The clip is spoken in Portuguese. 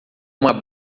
uma